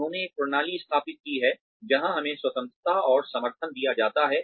उन्होंने एक प्रणाली स्थापित की है जहां हमें स्वतंत्रता और समर्थन दिया जाता है